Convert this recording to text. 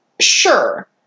sure